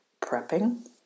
prepping